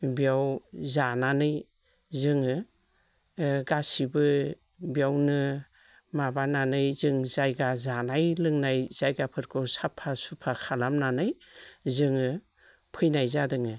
बेयाव जानानै जोङो गासैबो बेयावनो माबानानै जों जायगा जानाय लोंनाय जायगाफोरखौ साफा सुफा खालामनानै जोङो फैनाय जादों